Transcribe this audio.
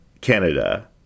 Canada